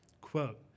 Quote